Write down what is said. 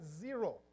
zero